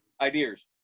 Ideas